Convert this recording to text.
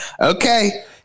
okay